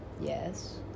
Yes